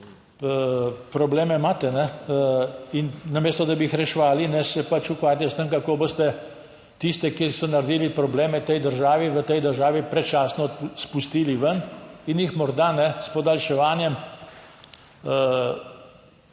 in jih morda s podaljševanjem